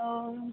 ओ